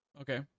Okay